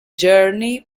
journey